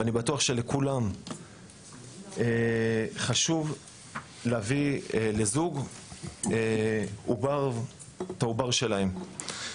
ואני בטוח שלכולם חשוב להביא לזוג את העובר שלהם.